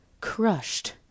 crushed